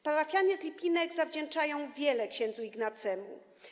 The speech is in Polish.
Parafianie z Lipinek zawdzięczają wiele ks. Ignacemu.